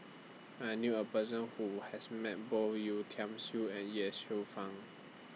I knew A Person Who has Met Both Yeo Tiam Siew and Ye Shufang